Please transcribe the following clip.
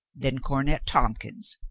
then cornet tompkins,